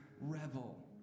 revel